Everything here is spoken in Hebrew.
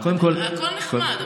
הכול נחמד,